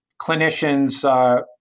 clinicians